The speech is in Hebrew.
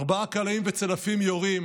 ארבעה קלעים וצלפים יורים,